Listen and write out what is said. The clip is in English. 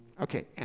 Okay